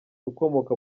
ukomoka